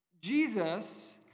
Jesus